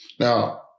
Now